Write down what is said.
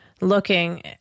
looking